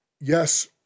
Yes